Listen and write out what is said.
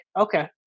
Okay